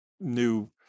new